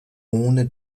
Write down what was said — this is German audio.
ohne